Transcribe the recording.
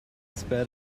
spat